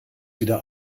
wieder